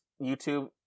YouTube